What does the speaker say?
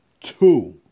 Two